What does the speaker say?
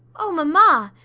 oh, mamma,